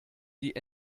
die